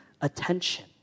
attention